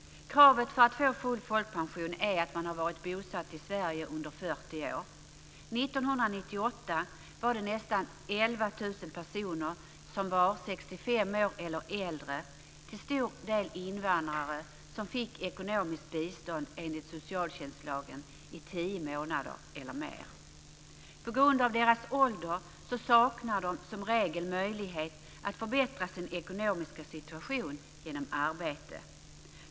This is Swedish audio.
Kravet för att få full folkpension är att man har varit bosatt i Sverige under 40 år. År 1998 var det nästan 11 000 personer på 65 år eller äldre, till stor del invandrare, som fick ekonomiskt bistånd enligt socialtjänstlagen i tio månader eller mer. På grund av sin ålder saknar dessa människor som regel möjlighet att förbättra sin ekonomiska situation genom arbete.